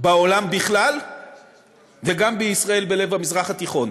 בעולם בכלל וגם בישראל, בלב המזרח התיכון.